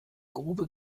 grube